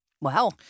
Wow